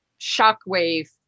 shockwave